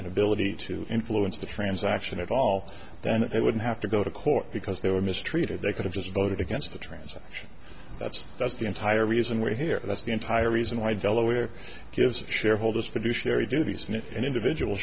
an ability to influence the transaction at all then it wouldn't have to go to court because they were mistreated they could have just voted against the transaction that's that's the entire reason we're here that's the entire reason why delaware gives shareholders fiduciary duty smith an individual